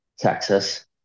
Texas